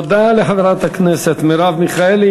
תודה לחברת הכנסת מרב מיכאלי.